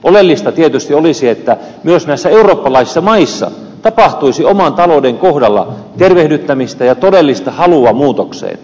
oleellista tietysti olisi että myös näissä eurooppalaisissa maissa tapahtuisi oman talouden kohdalla tervehdyttämistä ja todellista halua muutokseen